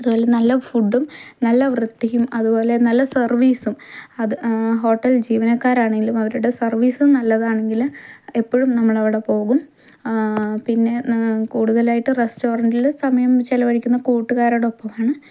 അതുപോലെ നല്ല ഫുഡും നല്ല വൃത്തിയും അതുപോലെ നല്ല സർവീസും ഹോട്ടൽ ജീവനക്കാരാണെങ്കിലും അവരുടെ സർവീസും നല്ലതാണെങ്കിൽ എപ്പോഴും നമ്മൾ അവിടെ പോകും പിന്നെ കൂടുതലായിട്ട് റസ്റ്റോറൻറിൽ സമയം ചിലവഴിക്കുന്നത് കൂട്ടുകാരോടൊപ്പം ആണ്